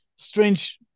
Strange